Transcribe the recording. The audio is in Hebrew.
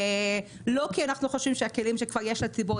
לא כי אנחנו חושבים שהכלים שיש לציבור